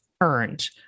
earned